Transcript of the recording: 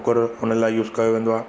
cooker हुन लाइ use कयो वेंदो आहे